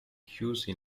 chiusa